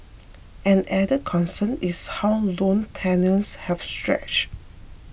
an added concern is how loan tenures have stretch